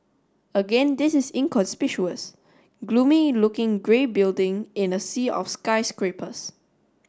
again this is inconspicuous gloomy looking grey building in a sea of skyscrapers